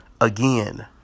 again